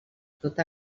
tot